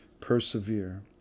persevere